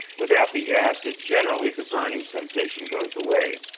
without the acid generally the burning sensation goes away.